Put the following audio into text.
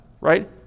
right